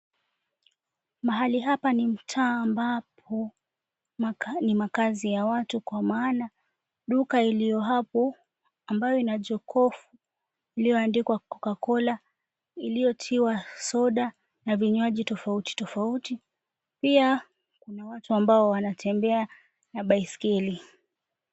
Mahali hapa ni mtaa, ambapo ni makaazi ya watu, kwa maana duka iliyohapo, ambayo ina jokovu iliyoandikwa Co𝑐𝑎 cola, iliyotiwa soda na vinywaji tofauti tofauti, pia kuna watu ambao wanatembea na baiskeli.